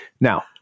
Now